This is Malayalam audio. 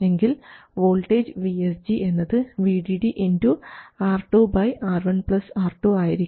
എങ്കിൽ വോൾട്ടേജ് V SG എന്നത് VDD R2 R1 R2 ആയിരിക്കും